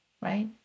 right